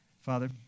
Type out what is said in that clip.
Father